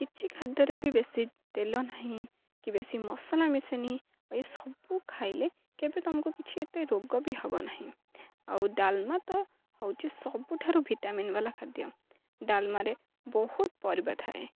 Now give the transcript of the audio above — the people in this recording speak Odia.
କିଛି ଖାଦ୍ୟରେ ବି ବେଶୀ ତେଲ ନାହିଁ କି ବେଶୀ ମସଲା ମିଶେନି ଏଇ ସବୁ ଖାଇଲେ କେବେ ତୁମକୁ କିଛି ଏତେ ରୋଗ ବି ହେବ ନାହିଁ ଆଉ ଡାଲମା ତ ହେଉଛି ସବୁଠାରୁ ଭିଟାମିିନ୍ ବାଲା ଖାଦ୍ୟ ଡାଲମାରେ ବହୁତ ପରିବା ଥାଏ